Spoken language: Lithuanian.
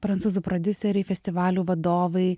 prancūzų prodiuseriai festivalių vadovai